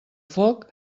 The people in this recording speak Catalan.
foc